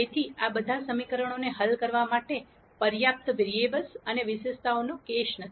તેથી આ બધા સમીકરણો હલ કરવા માટે પર્યાપ્ત વેરીએબલ્સ અથવા વિશેષતાઓનો કેસ નથી